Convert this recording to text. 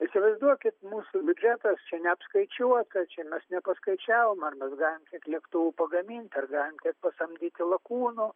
įsivaizduokit mūsų biudžetas čia neapskaičiuotas čia mes nepaskaičiavom ar mes galim tiek lėktuvų pagaminti ar galim tiek pasamdyti lakūnų